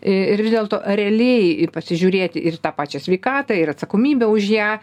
ir vis dėlto realiai pasižiūrėti ir į tą pačią sveikatą ir atsakomybę už ją